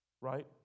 right